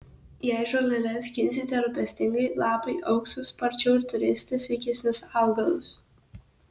jei žoleles skinsite rūpestingai lapai augs sparčiau ir turėsite sveikesnius augalus